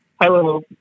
Hello